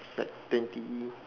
like twenty